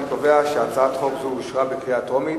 אני קובע שהצעת חוק זו אושרה בקריאה טרומית